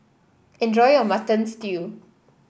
enjoy your Mutton Stew